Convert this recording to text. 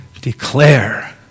declare